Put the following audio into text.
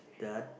the